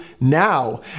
now